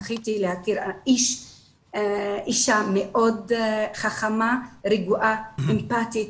זכיתי להכיר אישה מאוד חכמה, רגועה, אמפתית,